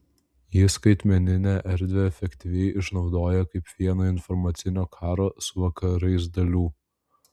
ji skaitmeninę erdvę efektyviai išnaudoja kaip vieną informacinio karo su vakarais dalių